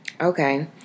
Okay